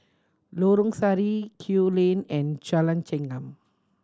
Lorong Sari Kew Lane and Jalan Chengam